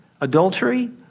adultery